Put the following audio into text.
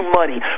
money